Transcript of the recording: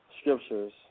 scriptures